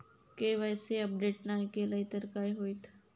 KYC update नाय केलय तर काय होईत?